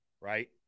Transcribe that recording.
right